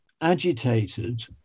agitated